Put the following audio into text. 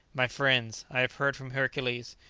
my friends, i have heard from hercules.